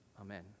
Amen